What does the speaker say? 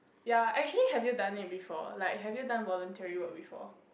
ya actually have you done it before like have you done voluntary work before